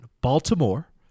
Baltimore